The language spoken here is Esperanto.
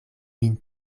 vin